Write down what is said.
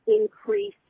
increase